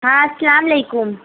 ہاں السلام علیکم